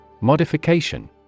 Modification